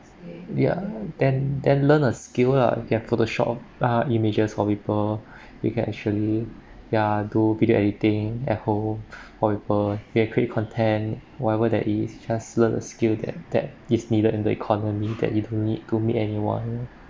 ya then then learn a skill lah you can photoshop uh images for people you can actually ya do video editing at home for people you can create contend whatever that is just learn a skill that that is needed in the economy that you don't need to meet anyone ah